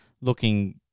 looking